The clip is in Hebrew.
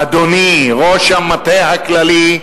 אדוני, ראש המטה הכללי,